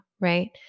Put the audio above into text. right